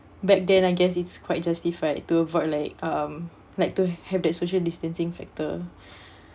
back then I guess it's quite justified to avoid like um like to have that social distancing factor